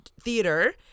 theater